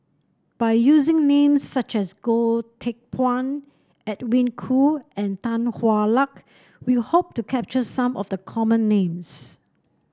by using names such as Goh Teck Phuan Edwin Koo and Tan Hwa Luck we hope to capture some of the common names